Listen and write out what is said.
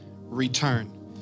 return